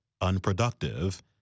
unproductive